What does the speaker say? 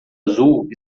azul